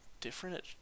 different